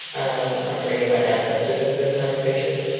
um i'm bringing my ancestors into this conversation.